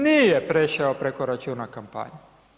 Nije prešao preko računa kampanje.